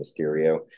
Mysterio